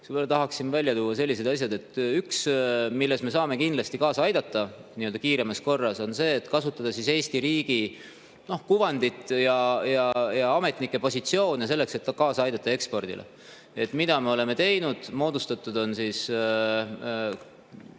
siis ma tahaksin välja tuua sellised asjad. Üks [asi], millele me saame kindlasti kaasa aidata kiiremas korras, on see, et kasutada Eesti riigi kuvandit ja ametnike positsioone selleks, et kaasa aidata ekspordile. Mida me oleme teinud? Moodustatud on –